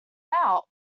out